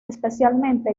especialmente